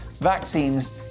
vaccines